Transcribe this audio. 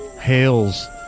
hails